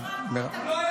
הוא לא היה